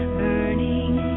burning